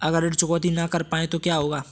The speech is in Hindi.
अगर ऋण चुकौती न कर पाए तो क्या होगा?